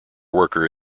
worker